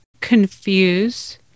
confuse